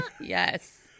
Yes